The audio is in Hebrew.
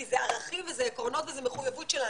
כי זה ערכים וזה עקרונות וזה מחויבות שלנו,